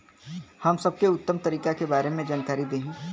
हम सबके उत्तम तरीका के बारे में जानकारी देही?